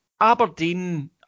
Aberdeen